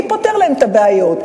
מי פותר להם את הבעיות?